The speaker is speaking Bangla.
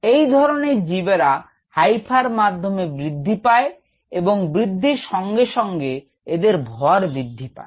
এই ধরনের জীবেরা হাইফার মাধ্যমে বৃদ্ধি পায় এবং বৃদ্ধির সঙ্গে সঙ্গে এদের ভর বৃদ্ধি পায়